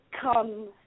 come